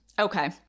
Okay